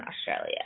Australia